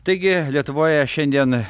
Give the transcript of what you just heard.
taigi lietuvoje šiandien